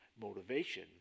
motivation